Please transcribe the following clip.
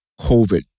COVID